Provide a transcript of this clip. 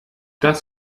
das